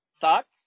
Thoughts